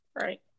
Right